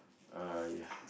uh ya